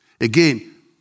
Again